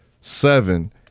seven